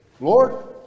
Lord